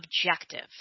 objective